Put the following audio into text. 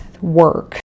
work